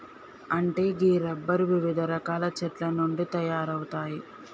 అంటే గీ రబ్బరు వివిధ రకాల చెట్ల నుండి తయారవుతాయి